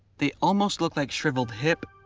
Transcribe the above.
they almost look like shriveled hip,